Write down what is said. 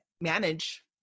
manage